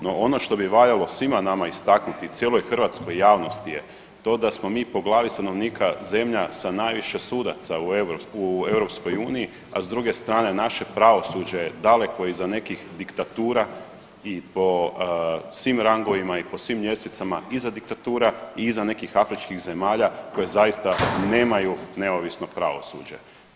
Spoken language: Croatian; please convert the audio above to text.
No ono što bi valjalo svima nama istaknuti i cijeloj hrvatskoj javnosti je to da smo mi po glavi stanovnika zemlja sa najviše sudaca u EU, a s druge strane naše pravosuđe je daleko iza nekih diktatura i po svim rangovima i po svim ljestvicama iza diktatura i iza nekih afričkih zemalja koje zaista nemaju neovisno pravosuđe.